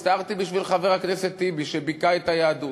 הצטערתי בשביל חבר הכנסת טיבי, שביכה את היהדות.